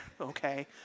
okay